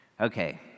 Okay